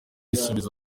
igisubizo